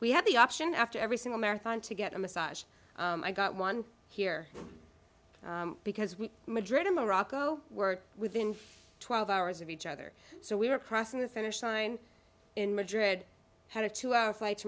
we had the option after every single marathon to get a massage i got one here because we madrid in morocco we're within twelve hours of each other so we were crossing the finish line in madrid had a two hour flight to